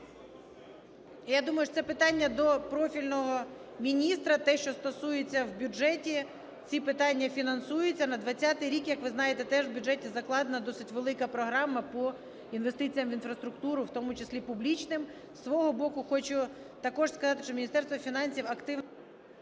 Я думаю, що це питання до профільного міністра. Те, що стосується в бюджеті, ці питання фінансуються. На 20-й рік, як ви знаєте, теж в бюджеті закладена досить велика програма по інвестиціям в інфраструктуру, в тому числі публічним. Зі свого боку хочу також сказати, що Міністерство фінансів активно…